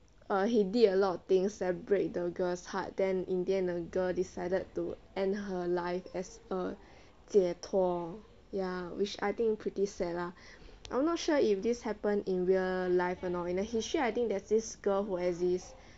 err he did a lot of things that break the girl's heart then in the end the girl decided to end her life as a 解脱 ya which I think pretty sad lah I'm not sure if this happen in real life or not in the history I think there's this girl who exist